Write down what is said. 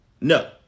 No